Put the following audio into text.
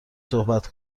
صحبت